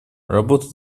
работа